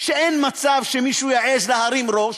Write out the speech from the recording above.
שאין מצב שמישהו יעז להרים ראש,